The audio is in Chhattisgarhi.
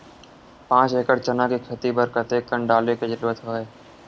पांच एकड़ चना के खेती बर कते कन डाले के जरूरत हवय?